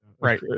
Right